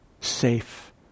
safe